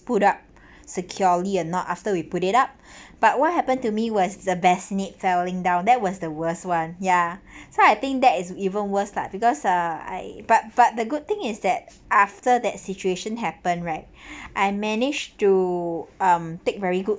put up securely or not after we put it up but what happened to me was the bassinet falling down that was the worst [one] ya so I think that is even worse lah because ah I but but the good thing is that after that situation happened right I managed to um take very good